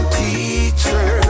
teacher